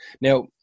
Now